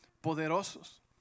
poderosos